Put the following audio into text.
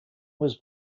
was